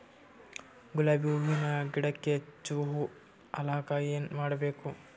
ಗುಲಾಬಿ ಹೂವಿನ ಗಿಡಕ್ಕ ಹೆಚ್ಚ ಹೂವಾ ಆಲಕ ಏನ ಮಾಡಬೇಕು?